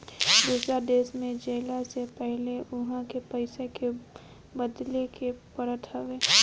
दूसरा देश में जइला से पहिले उहा के पईसा के बदले के पड़त हवे